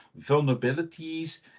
vulnerabilities